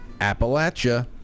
Appalachia